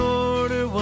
order